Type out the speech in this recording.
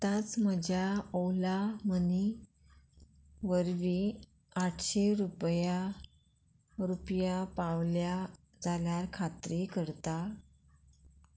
आतांच म्हज्या ओला मनी वरवीं आठशी रुपया रुपया पावल्या जाल्यार खात्री करता